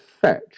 Fetch